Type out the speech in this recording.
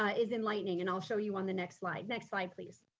ah is enlightening, and i'll show you on the next slide. next slide, please.